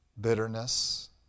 bitterness